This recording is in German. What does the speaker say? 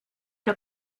der